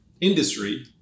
industry